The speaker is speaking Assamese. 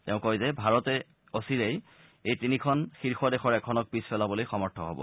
তেওঁ কয় যে ভাৰতেই অচিৰেই এই তিনিখন শীৰ্ষ দেশৰ এখনক পিছ পেলাবলৈ সমৰ্থ হব